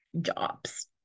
jobs